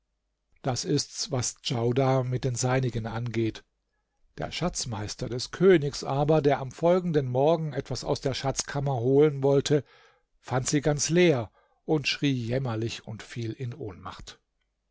das ist's was djaudar mit den seinigen angeht der schatzmeister des königs aber der am folgenden morgen etwas aus der schatzkammer holen wollte fand sie ganz leer und schrie jämmerlich und fiel in ohnmacht